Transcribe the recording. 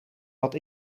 dat